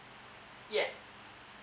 yeah